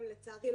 לצערי,